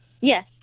Yes